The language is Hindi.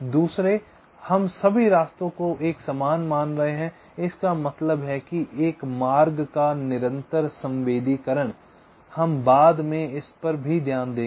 दूसरे हम सभी रास्तों को एक समान मान रहे हैं इसका मतलब है एक मार्ग का निरंतर संवेदीकरण है हम बाद में इस पर भी ध्यान देंगे